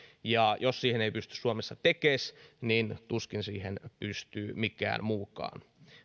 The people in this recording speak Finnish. jos siihen ei pysty suomessa tekes niin tuskin siihen pystyy mikään mukaan